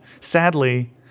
sadly